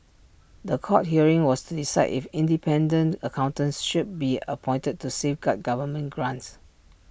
The Court hearing was to decide if independent accountants should be appointed to safeguard government grants